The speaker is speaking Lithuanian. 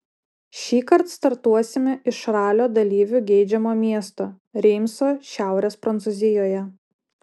šįkart startuosime iš ralio dalyvių geidžiamo miesto reimso šiaurės prancūzijoje